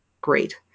Great